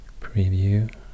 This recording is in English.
preview